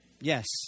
Yes